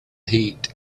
heat